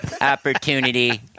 opportunity